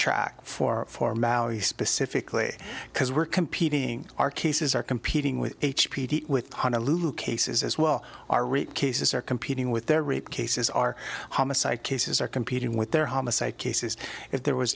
track for formality specifically because we're competing our cases are competing with h p d with honolulu cases as well our rate cases are competing with their rate cases our homicide cases are competing with their homicide cases if there was